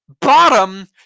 bottom